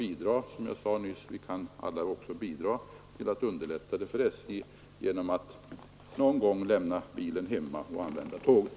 Och som jag sade nyss, vi kan alla bidra genom att någon gång lämna bilen hemma och använda tåget.